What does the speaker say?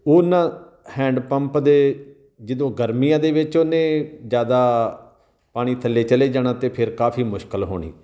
ਉਹਨਾਂ hand pump ਦੇ ਜਦੋਂ ਗਰਮੀਆਂ ਦੇ ਵਿੱਚ ਉਹਨੇ ਜ਼ਿਆਦਾ ਪਾਣੀ ਥੱਲੇ ਚਲੇ ਜਾਣਾ ਤਾਂ ਫਿਰ ਕਾਫੀ ਮੁਸ਼ਕਲ ਹੋਣੀ